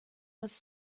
was